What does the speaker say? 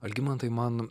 algimantai man